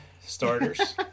starters